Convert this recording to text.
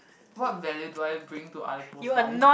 what value do I bring to other people's life